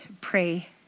pray